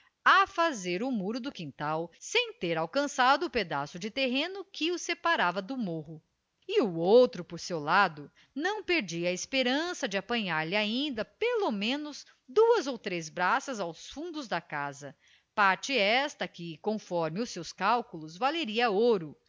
a fazer o muro do quintal sem ter alcançado o pedaço de terreno que o separava do morro e o outro por seu lado não perdia a esperança de apanhar lhe ainda pelo menos duas ou três braças aos fundos da casa parte esta que conforme os seus cálculos valeria